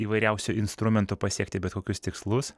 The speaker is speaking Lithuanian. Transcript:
įvairiausių instrumentų pasiekti bet kokius tikslus